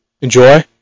enjoy